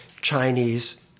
Chinese